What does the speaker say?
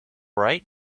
right